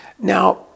Now